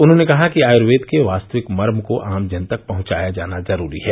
उन्होंने कहा कि आयुर्वेद के वास्तविक मर्म को आम जन तक पहुंचाया जाना जरूरी है